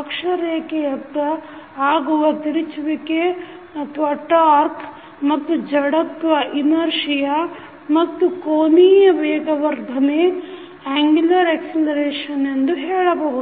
ಅಕ್ಷರೇಖೆಯತ್ತ ಆಗುವ ತಿರುಚುವಿಕೆ ಮತ್ತು ಜಡತ್ವ ಮತ್ತು ಕೋನೀಯ ವೇಗವರ್ಧನೆ ಎಂದು ಹೇಳಬಹುದು